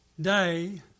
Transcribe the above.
day